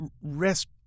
rest